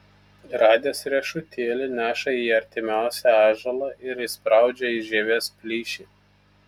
radęs riešutėlį neša į artimiausią ąžuolą ir įspraudžia į žievės plyšį